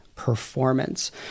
performance